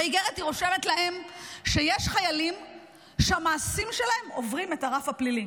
באיגרת היא רושמת להם שיש חיילים שהמעשים שלהם עוברים את הרף הפלילי.